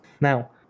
Now